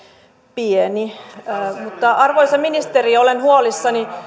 pieni arvoisa ministeri olen huolissani